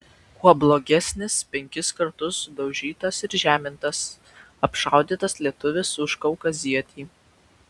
kuo blogesnis penkis kartus daužytas ir žemintas apšaudytas lietuvis už kaukazietį